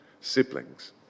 siblings